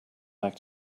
back